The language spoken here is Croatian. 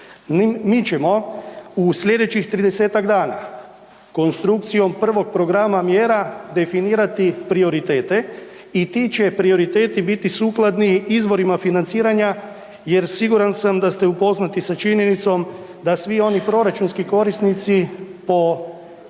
Mi ćemo u slijedećih 30-tak dana konstrukcijom prvog programa mjera definirati prioritete i ti će prioriteti biti sukladni izvorima financiranja jer siguran sam da ste upoznati sa činjenicom da svi oni proračunski korisnici po trenutno